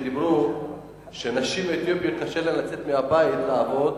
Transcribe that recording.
אמרו שלנשים אתיופיות קשה לצאת מהבית לעבוד,